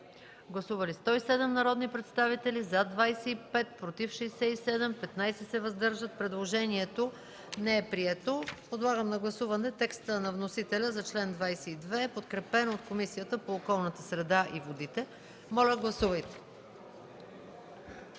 Гласували 107 народни представители: за 25, против 67, въздържали се 15. Предложението не е прието. Подлагам на гласуване текста на вносителя за чл. 22, подкрепен от Комисията по околната среда и водите. Гласувал